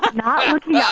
not looking yeah